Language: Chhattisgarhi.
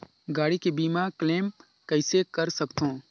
गाड़ी के बीमा क्लेम कइसे कर सकथव?